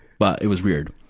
but, it was weird.